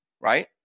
right